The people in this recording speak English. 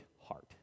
heart